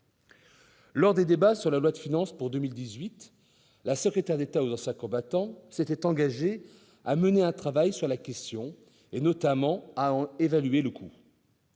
Lors des débats du projet de loi de finances pour 2018, Mme la secrétaire d'État aux anciens combattants s'est engagée à mener un travail sur la question, et notamment à évaluer le coût